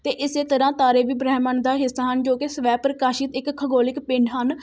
ਅਤੇ ਇਸੇ ਤਰ੍ਹਾਂ ਤਾਰੇ ਵੀ ਬ੍ਰਹਿਮੰਡ ਦਾ ਹਿੱਸਾ ਹਨ ਜੋ ਕਿ ਸਵੈ ਪ੍ਰਕਾਸ਼ਿਤ ਇੱਕ ਖਗੋਲਿਕ ਪਿੰਡ ਹਨ